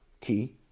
key